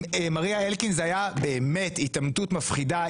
עם מריה אלקין זו הייתה באמת התעמתות מפחידה.